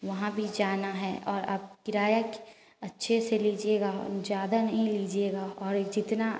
वहाँ भी जाना है और आप किराया अच्छे से लीजिएगा ज्यादा नहीं लीजिएगा और जितना